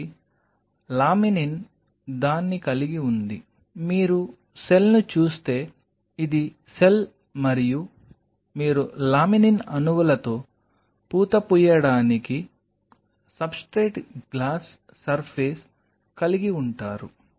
కాబట్టి లామినిన్ దాని కలిగి ఉంది మీరు సెల్ను చూస్తే ఇది సెల్ మరియు మీరు లామినిన్ అణువులతో పూత పూయడానికి సబ్స్ట్రేట్ గ్లాస్ సర్ఫేస్ కలిగి ఉంటారు